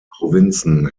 provinzen